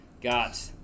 got